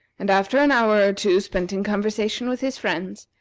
and after an hour or two spent in conversation with his friends,